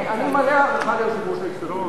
אני מלא הערכה ליושב-ראש ההסתדרות,